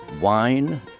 wine